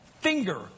finger